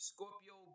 Scorpio